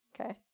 Okay